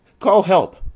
call help.